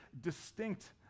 distinct